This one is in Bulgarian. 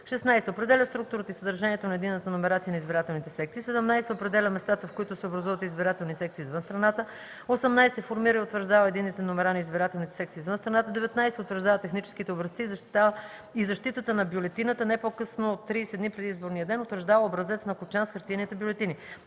16. определя структурата и съдържанието на единната номерация на избирателните секции; 17. определя местата, в които се образуват избирателни секции извън страната; 18. формира и утвърждава единните номера на избирателните секции извън страната; 19. утвърждава техническия образец и защитата на бюлетината не по-късно от 30 дни преди изборния ден; утвърждава образец на кочан с хартиените бюлетини;